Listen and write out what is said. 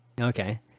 Okay